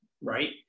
right